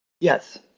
Yes